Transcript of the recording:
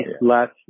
last